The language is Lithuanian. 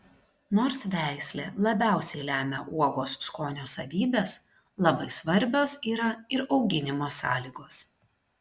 nors veislė labiausiai lemia uogos skonio savybes labai svarbios yra ir auginimo sąlygos